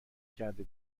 کرده